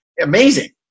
Amazing